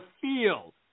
field